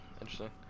Interesting